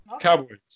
Cowboys